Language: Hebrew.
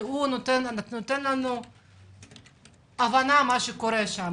אבל הוא נותן לנו הבנה על מה שקורה שם.